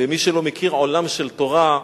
ומי שלא מכיר עולם של תורה,